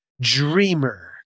Dreamer